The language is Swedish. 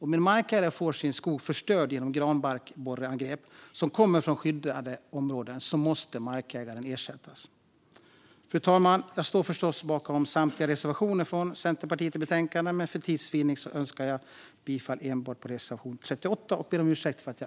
Om en markägare får sin skog förstörd genom granbarkborreangrepp som kommer från skyddade områden måste markägaren ersättas. Fru talman! Jag står förstås bakom samtliga Centerpartiets reservationer i betänkandet, men för tids vinning yrkar jag bifall endast till reservation 38.